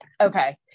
okay